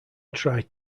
tried